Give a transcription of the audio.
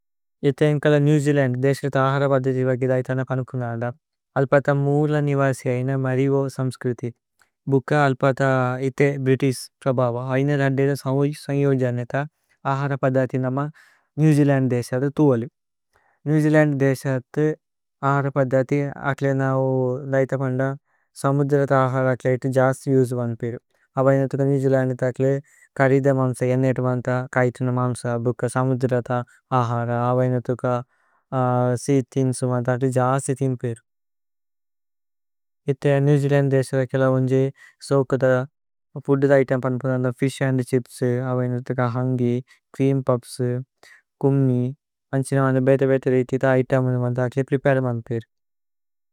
ഏത ഇന്കല New Zealand ദേസത ആഹര പദ്ദതി। ബഗി ദൈഥന പനുപുനന്ദ അല്പത മൂല നിവസി। ഐന മരിഗോ സമ്സ്ക്രിതി ഭുക്ക അല്പത ഇഥേ ബ്രിതിശ്। പ്രബവ ഐന രദ്ദേന സമുജി സന്യോജനേത ആഹര। പദ്ദതി നമ നേവ് ജേഅലന്ദ് ദേസത തുവലി നേവ്। ജേഅലന്ദ് ദേസത ആഹര പദ്ദതി അക്ലേ നൌ ദൈഥ। പന്ദ സമുദ്രത ആഹര അക്ലേ ഇതി ജസ്തു യുജ്മന്പിരു। അബൈനതുക നേവ് ജേഅലന്ദിത അക്ലേ കരിദ മമ്സ। ജന്നേതുമന്ത കൈതന മമ്സ ബുക്ക സമുദ്രത। ആഹര അബൈനതുക സീതിമ്സുമന്ത അക്ലേ ജസ്തു। ഇതിന്പിരു ഇഥേ നേവ് ജേഅലന്ദ് ദേസത കേല ഉന്ജേ। സോകത ഫുദ്ദ ദൈഥന പനുപുനന്ദ ഫിശ് അന്ദ്। ഛിപ്സ് അബൈനതുക ഹന്ഗി ച്രേഅമ് പുഫ്ഫ്സ് കുമ്മി। അന്ഛിന ബേത ബേത രേഇഥിത ഐഥന മമന്ത। അക്ലേ പ്രേപരേമന്പിരു।